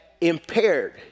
impaired